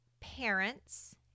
parents